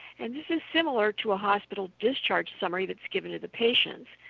and this is similar to hospital discharge summary that is given to the patient.